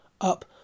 up